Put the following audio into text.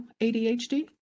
ADHD